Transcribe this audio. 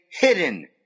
hidden